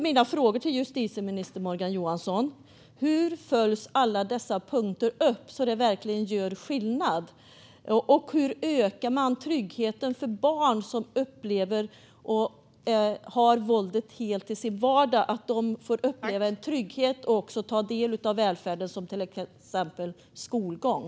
Mina frågor till justitieminister Morgan Johansson är hur alla dessa punkter följs upp så att de verkligen gör skillnad och hur man ökar tryggheten för barn som upplever våld och har våldet i sin vardag så att de får uppleva trygghet och ta del av välfärden, till exempel skolgång.